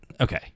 Okay